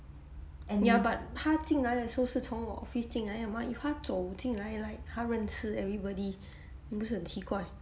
ya but 他进来的时候是从 office 进来的嘛 if 他走进来 like 他认识 everybody 不是很奇怪